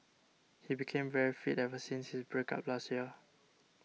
he became very fit ever since his break up last year